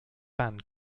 band